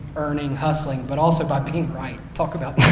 earning, hustling but also by being right. talk about